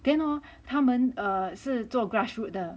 then hor 他们是做 grassroot 的